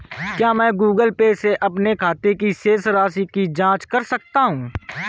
क्या मैं Google Pay से अपने खाते की शेष राशि की जाँच कर सकता हूँ?